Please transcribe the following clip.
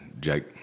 Jake